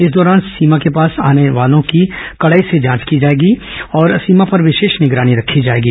इस दौरान सीमा के पास आने जाने वालों की कड़ाई से जांच की जाएगी और सीमा पर विशेष निगरानी रखी जाएगी